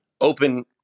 open